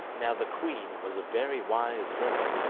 now the queen was a very wise woman,